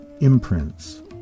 imprints